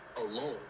alone